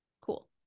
cool